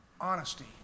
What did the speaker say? honesty